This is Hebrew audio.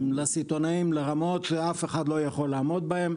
לסיטונאים לרמות שאף אחד לא יכול לעמוד בהן.